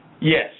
Yes